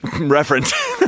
reference